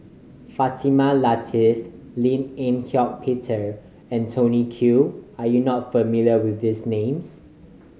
Fatimah Lateef Lim Eng Hock Peter and Tony Khoo are you not familiar with these names